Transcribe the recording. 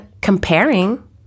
comparing